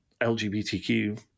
LGBTQ